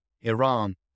Iran